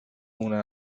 una